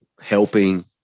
helping